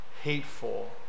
Hateful